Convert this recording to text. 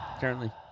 currently